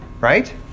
right